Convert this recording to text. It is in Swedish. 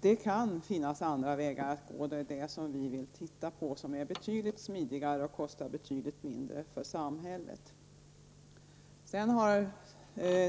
Det kan finnas andra vägar att gå, vägar som är betydligt smidigare och kostar betydligt mindre för samhället. Detta är något som vi vill se närmare på.